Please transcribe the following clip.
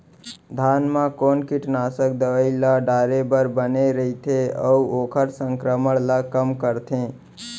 धान म कोन कीटनाशक दवई ल डाले बर बने रइथे, अऊ ओखर संक्रमण ल कम करथें?